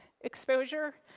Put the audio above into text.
exposure